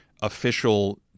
official